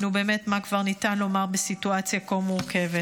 נו, באמת, מה כבר ניתן לומר בסיטואציה כה מורכבת?